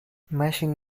machine